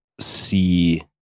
see